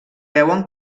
veuen